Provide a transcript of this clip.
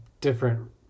different